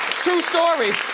true story.